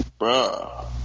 Bruh